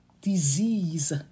disease